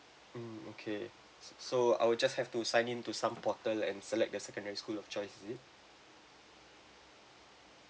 mm okay s~ so I will just have to sign in to some portal and select the secondary school of choice is it